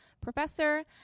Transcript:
professor